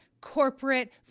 corporate